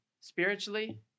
spiritually